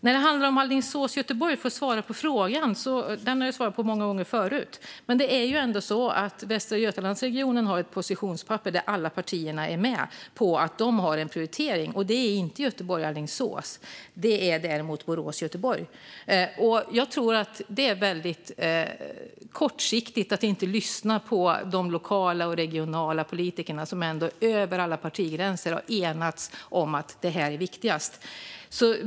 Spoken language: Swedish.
För att svara på frågan om sträckan Alingsås-Göteborg - jag har svarat på den många gånger förut - är det ju så att Västra Götalandsregionen har ett positionspapper där alla partierna är med på att de har en prioritering och att det inte är Göteborg-Alingsås utan däremot Borås-Göteborg. Jag tror att det vore väldigt kortsiktigt att inte lyssna på de lokala och regionala politiker som över alla partigränser ändå har enats om att detta är viktigast.